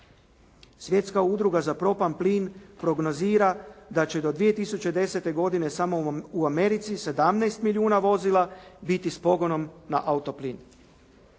Svjetska udruga za propan plin prognozira da će do 2010. godine samo u Americi 17 milijuna vozila biti s pogonom na auto plin.